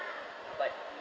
but